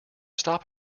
stop